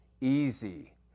easy